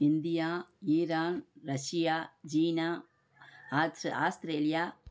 India Iran Russia China ஆஸ்த்ரு Australia